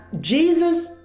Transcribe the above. Jesus